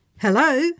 Hello